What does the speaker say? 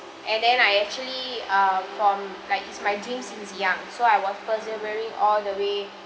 and then I actually err from like it's my dream since young so I was persevering all the way